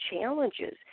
challenges